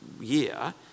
year